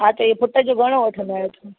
हा त इहो फुट जो घणो वठंदा आहियो तव्हां